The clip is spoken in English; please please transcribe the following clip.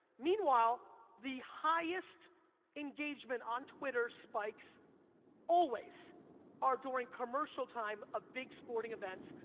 meanwhile, the highest engagement on twitter spikes always are during commercial time of big sporting events,